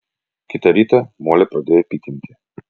kitą rytą molę pradėjo pykinti